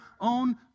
own